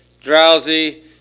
drowsy